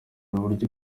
uburyo